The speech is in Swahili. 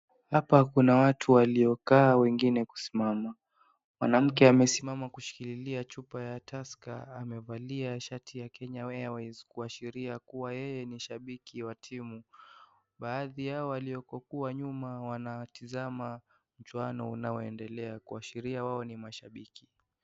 Hapa kuna watu waliokaa wengine kusimama mwanamke amesimama kushikilia chupa ya tusker amevalia shati ya Kenya Airways kuashiria kuwa yeye ni shabiki wa timu baadhi yao walioko kule nyuma wanatazama mchuano unaendelea kuasharia wao ni mashabiki.